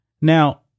Now